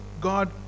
God